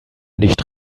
nicht